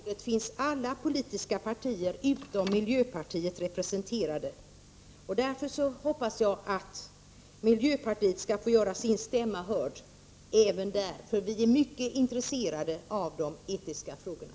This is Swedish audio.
Herr talman! Ja, det finns ett medicinskt-etiskt råd. I det rådet finns alla politiska partier utom miljöpartiet representerade. Därför hoppas jag att miljöpartiet skall få göra sin stämma hörd även där, för vi är mycket intresserade av de etiska frågorna.